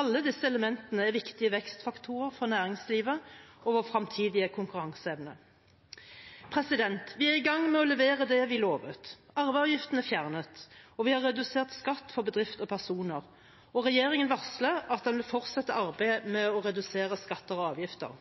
Alle disse elementene er viktige vekstfaktorer for næringslivet og vår fremtidige konkurranseevne. Vi er i gang med å levere det vi lovet. Arveavgiften er fjernet, vi har redusert skatt for bedrifter og personer, og regjeringen varsler at den vil fortsette arbeidet med å redusere skatter og avgifter.